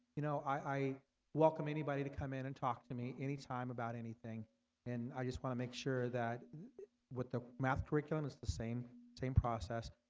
you know, i welcome anybody to come in and talk to me any time about anything and i just want to make sure that what the math curriculum is the same same process.